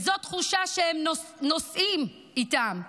זאת תחושה שהם נושאים איתם.